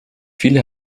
viele